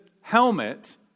helmet